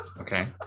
okay